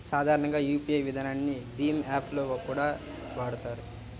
సాధారణంగా యూపీఐ విధానాన్ని భీమ్ యాప్ లో కూడా వాడతారు